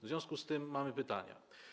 W związku z tym mamy pytania.